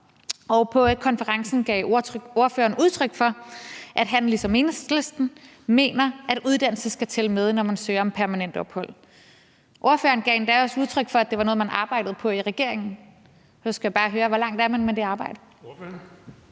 På konferencen gav ordføreren udtryk for, at han ligesom Enhedslisten mener, at uddannelse skal tælle med, når man søger om permanent ophold. Ordføreren gav endda også udtryk for, at det var noget, men arbejdede på i regeringen. Nu skal jeg bare høre: Hvor langt er man med det arbejde?